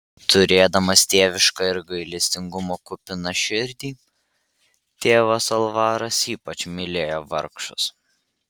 turėdamas tėvišką ir gailestingumo kupiną širdį tėvas alvaras ypač mylėjo vargšus